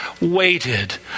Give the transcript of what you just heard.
waited